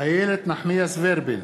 איילת נחמיאס ורבין,